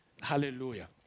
Hallelujah